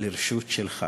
לרשות שלך.